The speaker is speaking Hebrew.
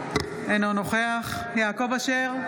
אינו נוכח יעקב אשר,